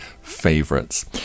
favorites